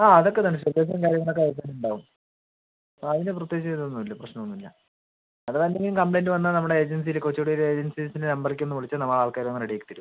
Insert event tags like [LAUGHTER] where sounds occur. ആ അതൊക്ക [UNINTELLIGIBLE] പേപ്പറും കാര്യങ്ങൾ ഒക്കെ അതിൽ തന്നെ ഉണ്ടാവും അതിന് പ്രത്യേകിച്ച് ഇത് ഒന്നും ഇല്ല പ്രശ്നം ഒന്നും ഇല്ല അഥവാ എന്തെങ്കും കംപ്ലയിൻറ്റ് വന്നാ നമ്മടെ ഏജൻസീല് കൊച്ചുകുടീടെ ഏജൻസീസിൻ്റെ നമ്പറേക്ക് ഒന്ന് വിളിച്ച് തന്നാ ആ ആൾക്കാര് വന്ന് റെഡി ആക്കിത്തരും